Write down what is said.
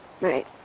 Right